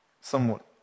somewhat